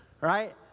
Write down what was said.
right